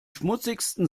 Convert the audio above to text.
schmutzigsten